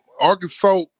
Arkansas